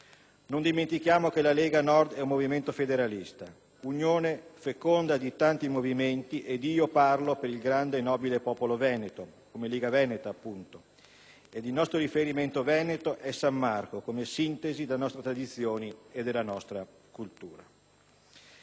Non dimentichiamo che la Lega Nord è un movimento federalista, un'unione feconda di tanti movimenti ed io parlo per il grande e nobile popolo veneto, come Lega Veneta. Il nostro riferimento veneto è San Marco, come sintesi delle nostre tradizioni e della nostra cultura.